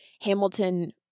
Hamilton